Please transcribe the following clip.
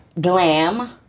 Glam